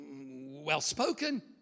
well-spoken